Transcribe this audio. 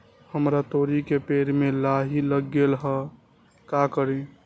हमरा तोरी के पेड़ में लाही लग गेल है का करी?